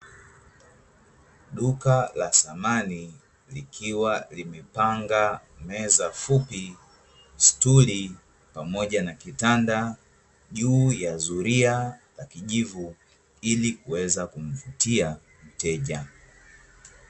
Duka la samani likiwa limepanga meza fupi, stuli pamoja na kitanda juu ya zulia la kijivu, ili kuweza kumvutia mteja.